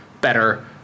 better